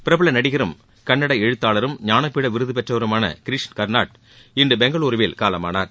பிரபல நடிகரும் கன்னட எழுத்தாளரும் ஞானபீட விருது பெற்றவருமான கிரிஷ் கர்நாட் இன்று பெங்களுருவில் காலமானார்